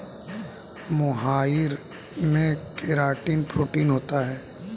मोहाइर में keratin protein होता है